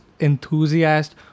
enthusiast